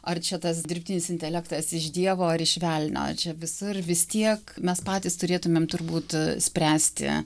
ar čia tas dirbtinis intelektas iš dievo ar iš velnio čia visur vis tiek mes patys turėtumėm turbūt spręsti